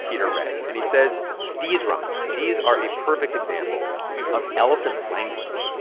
peter wrege. and he says these rumbles these are a perfect example of elephant language.